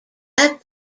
that